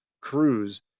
cruise